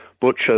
butcher